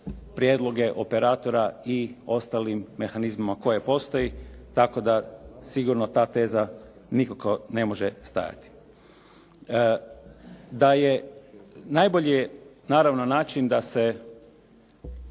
prijedloge operatora i ostalim mehanizmima koje postoji, tako da sigurno ta teza nikako ne može stajati. Najbolji je naravno način da se